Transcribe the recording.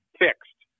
fixed